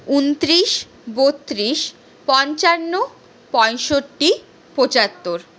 উনত্রিশ বত্রিশ পঞ্চান্ন পঁয়ষট্টি পঁচাত্তর